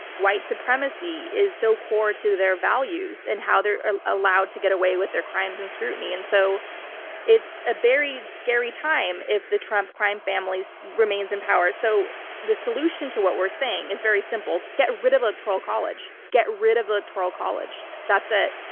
white supremacy is so core to their values and how they're ah allowed to get away with their crimes and scrutiny. and so it's a very scary time if the trump crime family remains in power. so the solution to what we're saying is very simple. get rid of the electoral college. get rid of the electoral college. that's it.